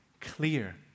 clear